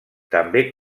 també